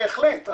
בהחלט.